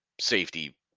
safety